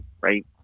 right